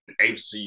HCU